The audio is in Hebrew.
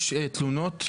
יש תלונות.